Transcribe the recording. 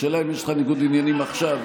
השאלה היא אם יש לך ניגוד עניינים עכשיו,